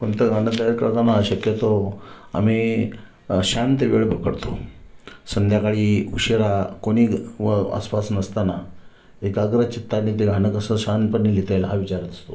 कोणतं गाणं तयार करताना शक्यतो आम्ही शांत वेळ पकडतो संध्याकाळी उशिरा कोणी ग व आसपास नसताना एकाग्र चित्ताने ते गाणं कसं शांतपणे लिहिता येईल हा विचार असतो